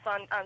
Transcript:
on